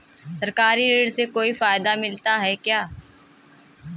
सरकारी ऋण से कोई फायदा मिलता है क्या?